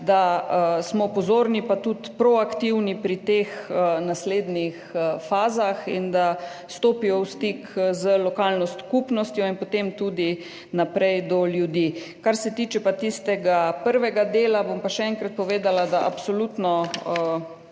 da smo pozorni in tudi proaktivni pri teh naslednjih fazah in da stopijo v stik z lokalno skupnostjo in potem tudi naprej do ljudi. Kar se pa tiče tistega prvega dela, bom pa še enkrat povedala, da bom absolutno